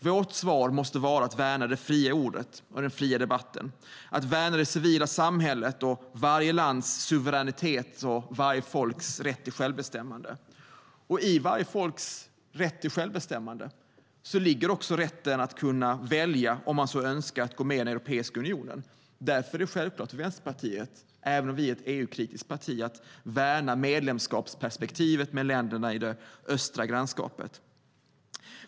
Vårt svar måste vara att värna det fria ordet och den fria debatten, att värna det civila samhället, varje lands suveränitet och varje folks rätt till självbestämmande. I varje folks rätt till självbestämmande ligger också rätten att välja, om man så önskar, att gå med i Europeiska unionen. Därför är det självklart för Vänsterpartiet, även om vi är ett EU-kritiskt parti, att värna medlemskapsperspektivet med länderna i det östra grannskapet.